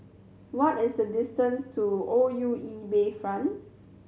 what is the distance to O U E Bayfront